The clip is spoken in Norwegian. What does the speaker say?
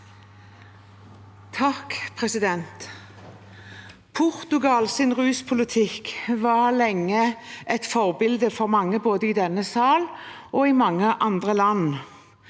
(KrF) Portugals ruspolitikk var lenge et forbilde for mange både i denne sal og i mange andre land.